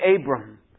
Abram